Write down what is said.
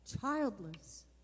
Childless